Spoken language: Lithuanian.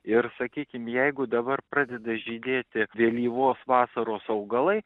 ir sakykim jeigu dabar pradeda žydėti vėlyvos vasaros augalai